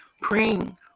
praying